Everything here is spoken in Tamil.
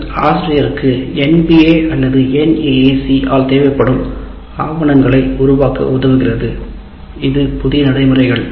எஸ் ஆசிரியருக்கு NBA அல்லது NAAC ஆல் தேவைப்படும் ஆவணங்களை உருவாக்க உதவுகிறது புதிய நடைமுறைகள்